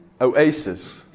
oasis